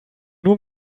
nur